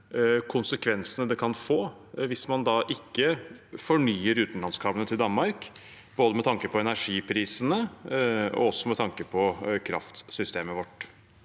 konsekvensene det kan få hvis man ikke fornyer utenlandskablene til Danmark, både med tanke på energiprisene og på kraftsystemet vårt?